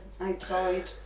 outside